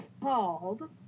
called